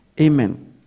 amen